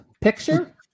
Picture